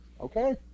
Okay